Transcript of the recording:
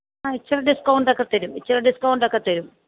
ആഹ് ഇച്ചരെ ഡിസ്കൗണ്ട് ഒക്കെ തരും ഇച്ചരെ ഡിസ്കൗണ്ട് ഒക്കെ തരും